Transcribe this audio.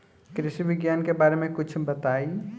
कृषि विज्ञान के बारे में कुछ बताई